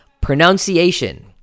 pronunciation